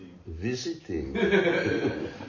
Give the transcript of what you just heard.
Visiting